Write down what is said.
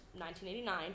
1989